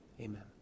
Amen